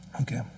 Okay